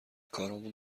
کارامون